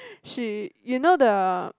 she you know the